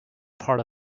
part